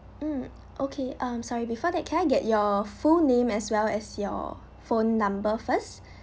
mm okay um sorry before that can I get your full name as well as your phone number first